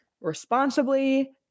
responsibly